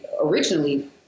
originally